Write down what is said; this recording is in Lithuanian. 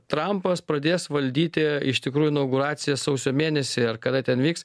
trampas pradės valdyti iš tikrųjų inauguracija sausio mėnesį ar kada ten vyks